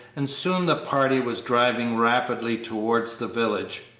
and soon the party was driving rapidly towards the village.